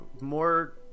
more